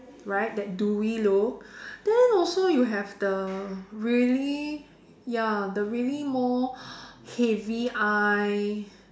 right that dewy look then also you have the really ya the really more heavy eye